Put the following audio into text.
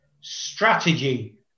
Strategy